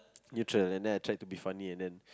neutral and then I tried to be funny at then